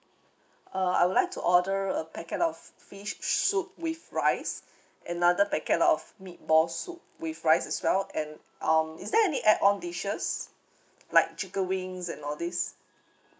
uh I would like to order a packet of fish soup with rice another packet of meatball soup with rice as well and um is there any add on dishes like chicken wings and all this